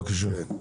בבקשה.